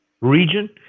region